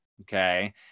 Okay